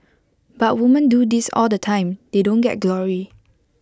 but women do this all the time they don't get glory